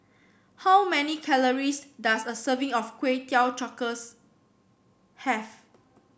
how many calories does a serving of Kway Teow Cockles have